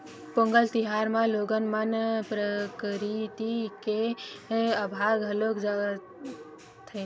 पोंगल तिहार म लोगन मन प्रकरिति के अभार घलोक जताथे